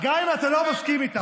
גם אם אתה לא מסכים איתם.